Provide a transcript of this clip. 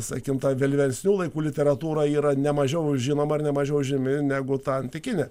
sakykim tą vėlyvesnių laikų literatūra yra ne mažiau žinoma ir ne mažiau įžymi negu ta antikinė